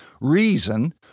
reason